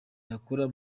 yakora